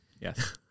yes